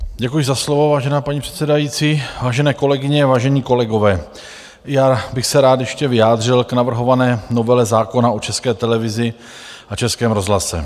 Děkuji za slovo, vážená paní předsedající, vážené kolegyně, vážení kolegové, já bych se rád ještě vyjádřil k navrhované novele zákona o České televizi a Českém rozhlase.